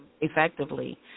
Effectively